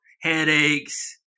headaches